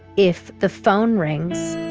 if the phone rings,